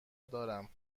دارم